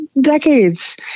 decades